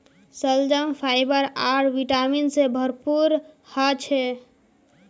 शलजम फाइबर आर विटामिन से भरपूर ह छे